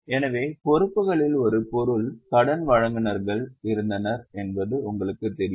எனவே பொறுப்புகளில் ஒரு பொருள் கடன் வழங்குநர்கள் இருந்தனர் என்பது உங்களுக்குத் தெரியும்